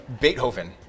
Beethoven